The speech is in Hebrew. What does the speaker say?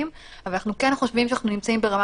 אבל אנחנו כן חושבים שאנחנו נמצאים ברמה